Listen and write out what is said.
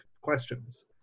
questions